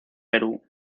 perú